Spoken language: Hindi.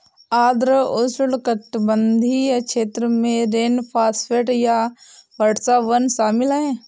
आर्द्र उष्णकटिबंधीय क्षेत्र में रेनफॉरेस्ट या वर्षावन शामिल हैं